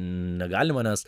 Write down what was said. negali manęs